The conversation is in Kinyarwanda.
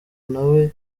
nawe